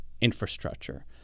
Infrastructure